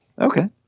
Okay